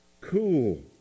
Cool